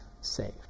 saved